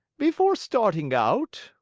before starting out,